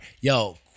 Yo